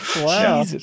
Wow